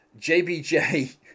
JBJ